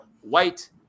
white